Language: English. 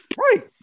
right